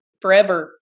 forever